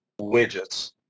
widgets